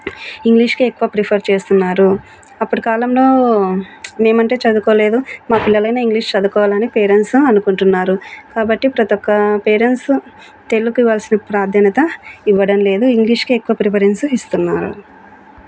ఇంగ్లీష్కే ఎక్కువ ప్రిఫర్ చేస్తున్నారు అప్పటి కాలంలో మేమంటే చదువుకోలేదు మా పిల్లలైనా ఇంగ్లీష్ చదువుకోవాలని పేరెంట్స్ అనుకుంటున్నారు కాబట్టి ప్రతి ఒక్క పేరెంట్స్ తెలుగుకు ఇవ్వలసిన ప్రాధాన్యత ఇవ్వడం లేదు ఇంగ్లీష్కే ఎక్కువ ప్రిఫరెన్స్ ఇస్తున్నారు